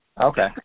Okay